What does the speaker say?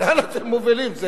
לאן אתם מובילים?